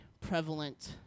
prevalent